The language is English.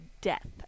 death